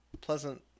pleasant